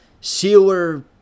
Sealer